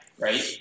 right